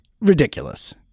ridiculous